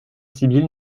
sibylle